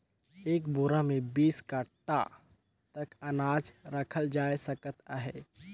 एक बोरा मे बीस काठा तक अनाज रखल जाए सकत अहे